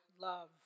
love